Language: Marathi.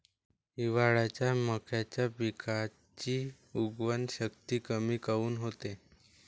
हिवाळ्यात मक्याच्या पिकाची उगवन शक्ती कमी काऊन होते?